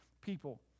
people